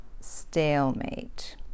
stalemate